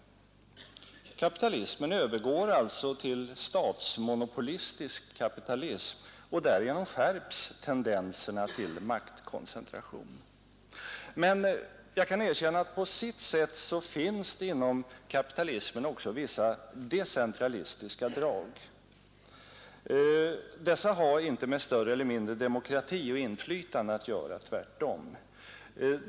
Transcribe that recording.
Kapitalismen övergår alltså till statsmonopolistisk kapitalism, och därigenom skärps tendenserna till maktkoncentration. Men jag kan erkänna att det inom kapitalismen också på sitt sätt finns vissa decentralistiska drag. De har inte med större eller mindre demokrati och inflytande att göra — tvärtom.